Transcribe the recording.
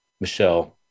Michelle